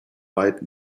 weit